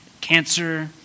cancer